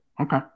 Okay